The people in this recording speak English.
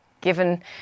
given